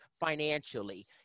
financially